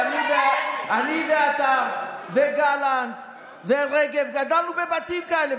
אני ואתה וגלנט ורגב גדלנו בבתים כאלה,